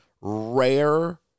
rare